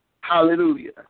Hallelujah